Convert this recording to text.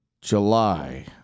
July